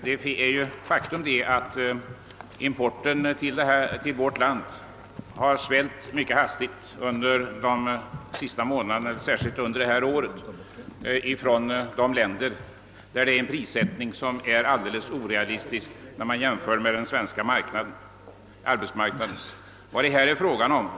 Det är ju ett faktum, att importen till vårt land har svällt mycket hastigt under detta år, och särskilt under de senaste månaderna, från de länder som har en i jämförelse med den svenska arbetsmarknaden helt orealistisk prissättning.